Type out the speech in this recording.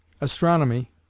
Astronomy